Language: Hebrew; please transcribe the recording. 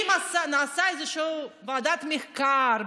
האם נעשתה איזושהי ועדת מחקר,